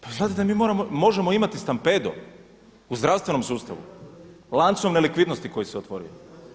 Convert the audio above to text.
Pa znate li da mi možemo imati stampedo u zdravstvenom sustavu, lancom nelikvidnosti koji se otvorio.